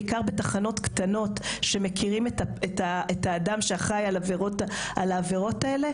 בעיקר בתחנות קטנות שמכירים את האדם שאחראי על העבירות האלה,